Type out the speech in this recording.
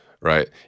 Right